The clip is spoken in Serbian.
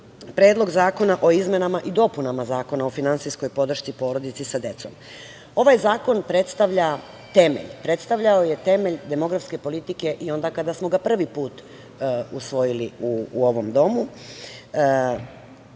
Predlog zakona o izmenama i dopunama Zakona o finansijskoj podršci porodici sa decom. Ovaj zakon predstavlja temelj. Predstavljao je temelj demografske politike i onda kada smo ga prvi put usvojili u ovom domu,